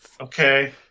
Okay